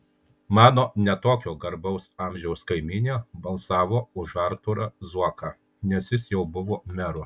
mano ne tokio garbaus amžiaus kaimynė balsavo už artūrą zuoką nes jis jau buvo meru